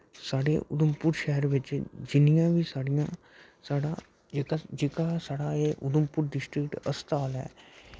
साढ़े उधमपुर शैह्र बिच जिन्नियां बी साढ़ियां साढ़ा जेह्का साढ़ा एह् उधमपुर डिस्ट्रिक अस्पताल ऐ